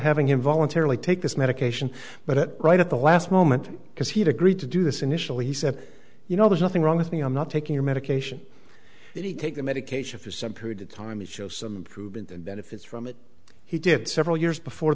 having him voluntarily take this medication but it right at the last moment because he had agreed to do this initially he said you know there's nothing wrong with me i'm not taking your medication he take the medication for some period of time and show some improvement and benefits from it he did several years before